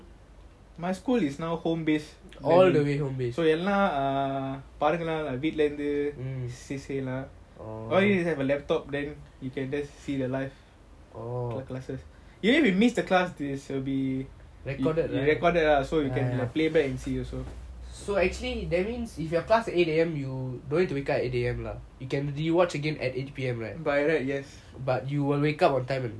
my school is now home based so எல்லாம் பாருங்க வீட்டுல இருந்து:yellam paarunga veetula irunthu C_C_A always have a laptop then you can just see the live classes anyway we miss the class it will be recorded recorded ah so you can play back and see also by right yes